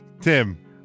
Tim